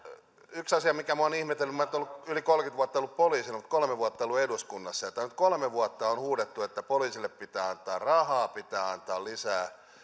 yksi asia mikä minua on ihmetyttänyt minä olen nyt yli kolmekymmentä vuotta ollut poliisina mutta kolme vuotta ollut eduskunnassa ja täällä nyt kolme vuotta on huudettu että poliisille pitää antaa rahaa pitää antaa lisää